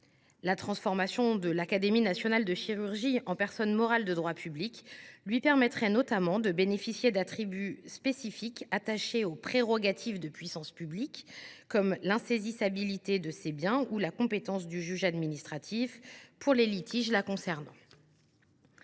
La transformation de l’Académie nationale de chirurgie en personne morale de droit public lui permettrait notamment de bénéficier d’attributs spécifiques attachés aux « prérogatives de puissance publique », comme l’insaisissabilité de ses biens ou la compétence du juge administratif pour les litiges la concernant.